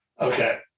okay